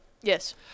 Yes